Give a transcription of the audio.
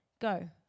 go